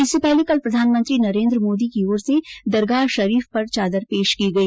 इससे पहले कल प्रधानमंत्री नरेन्द्र मोदी की ओर से दरगाह शरीफ पर चादर पेश की गई